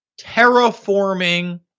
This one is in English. terraforming